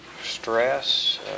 stress